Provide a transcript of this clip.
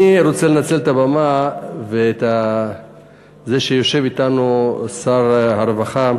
אני רוצה לנצל את הבמה ואת זה שיושב אתנו שר הרווחה,